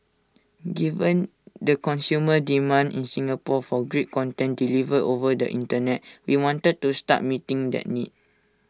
given the consumer demand in Singapore for great content delivered over the Internet we wanted to start meeting that need